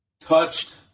touched